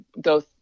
go